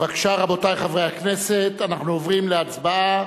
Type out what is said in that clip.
בבקשה, רבותי חברי הכנסת, אנחנו עוברים להצבעה.